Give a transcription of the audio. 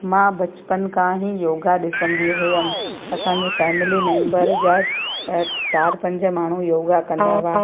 मां बचपन खां ई योगा ॾिसंदी हुयमि असांजे फैमिली मैंबर जा ॿ चारि पंज माण्हू योगा कंदा हुआ